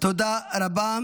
תודה רבה.